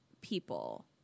people